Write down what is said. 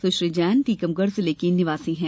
सुश्री जैन टीकमगढ़ जिले की निवासी हैं